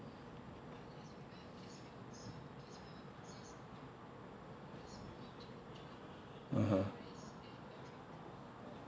(uh huh)